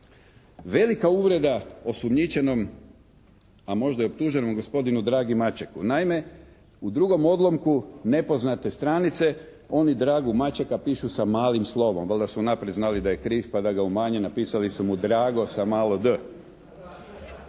Velika uvreda osumnjičenom, a možda i optuženom gospodinu Dragi Mačeku. Naime, u drugom odlomku nepoznate stranice oni Dragu Mačeka pišu sa malim slovom. Valjda su unaprijed znali da je kriv, pa da umanje napisali su mu Drago sa malo d.